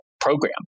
program